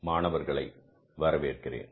மாணவர்களை வரவேற்கிறேன்